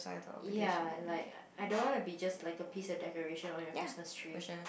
ya like I don't want to be just like a piece of decoration on your Christmas tree